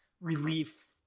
relief